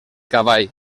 cavall